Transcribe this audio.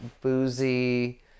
boozy